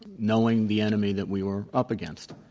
knowing the enemy that we were up against.